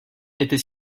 était